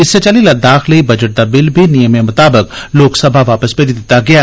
इस्सै चाल्ली लद्दाख लेई बजट दा बिल बी नियमें मताबक लोकसभा वापस भेजी दित्ता गेआ